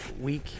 week